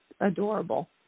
adorable